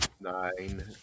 Nine